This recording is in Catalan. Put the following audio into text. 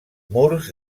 murs